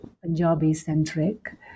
Punjabi-centric